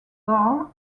bar